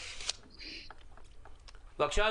בבקשה,